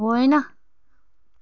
होइन